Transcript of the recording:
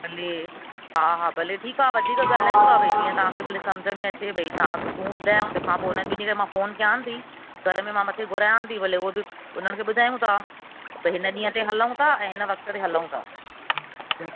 हले हा हा भले ठीकु आहे वधीक ॻाल्हायूं था भई जीअं तव्हां खे भले सम्झु में अचे भई तव्हां तूं ॿुधाए हुन खां पोइ हुन ॿिनि खे मां फ़ोन कयानि थी घर में मां मथे घुरायानि थी भले उहे बि उन्हनि खे ॿुधायूं था भई हिन ॾींहं थे हलूं था ऐं हिन वक़्त ते हलूं था